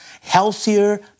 healthier